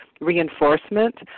reinforcement